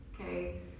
okay